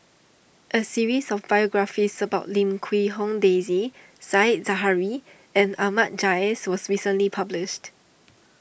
a series of biographies about Lim Quee Hong Daisy Said Zahari and Ahmad Jais was recently published